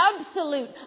absolute